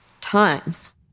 times